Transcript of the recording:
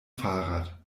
fahrrad